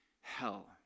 hell